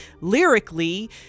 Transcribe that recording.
lyrically